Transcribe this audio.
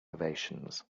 ovations